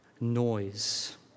noise